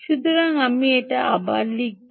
সুতরাং আমি এটি আবার লিখুন